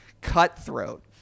cutthroat